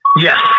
Yes